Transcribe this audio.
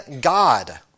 God